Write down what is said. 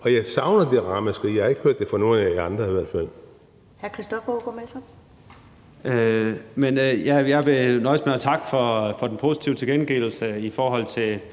Og jeg savner det ramaskrig – jeg har ikke hørt det fra nogen af jer andre